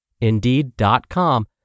Indeed.com